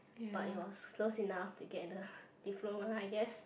but it was close enough to get in the diploma I guess